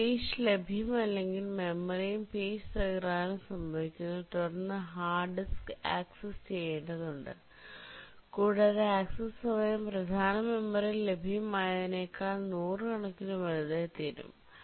എന്നാൽ പേജ് ലഭ്യമല്ലെങ്കിൽ മെമ്മറിയും പേജ് തകരാറും സംഭവിക്കുന്നു തുടർന്ന് ഹാർഡ് ഡിസ്ക് ആക്സസ് ചെയ്യേണ്ടതുണ്ട് കൂടാതെ ആക്സസ് സമയം പ്രധാന മെമ്മറിയിൽ ലഭ്യമായതിനേക്കാൾ നൂറുകണക്കിന് വലുതായിത്തീരും